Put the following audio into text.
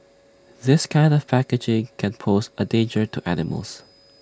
this kind of packaging can pose A danger to animals